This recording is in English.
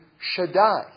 Shaddai